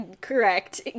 correct